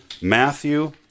Matthew